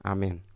Amen